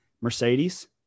Mercedes